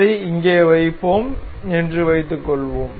அதை இங்கே வைப்போம் என்று வைத்துக்கொள்வோம்